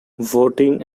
voting